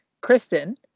Kristen